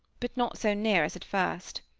but not so near as at first.